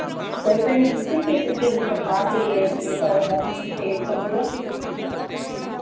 सैपण् इत्युक्ते कत् कीदृशं मासे एतावत् धनम् इति ते यच्छन्ति वा